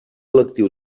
lectiu